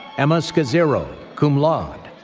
emma scazzero, cum laude.